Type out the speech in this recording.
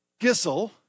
Gissel